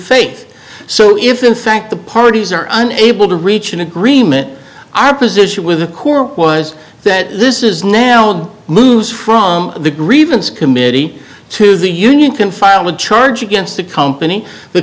faith so if in fact the parties are unable to reach an agreement our position with the core was that this is now and moves from the grievance committee to the union can file a charge against a company the